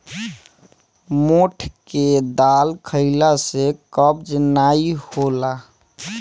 मोठ के दाल खईला से कब्ज नाइ होला